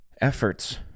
efforts